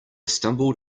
stumbled